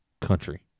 country